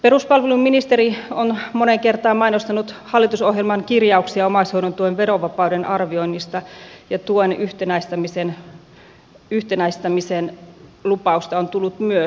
peruspalveluministeri on moneen kertaan mainostanut hallitusohjelman kirjauksia omaishoidon tuen verovapauden arvioinnista ja tuen yhtenäistämisen lupausta on tullut myös